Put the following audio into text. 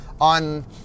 on